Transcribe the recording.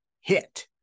hit